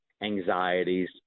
anxieties